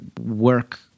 work